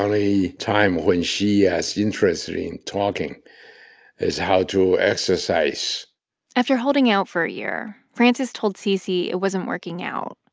only time when she was interested in talking is how to exercise after holding out for a year, frances told cc it wasn't working out.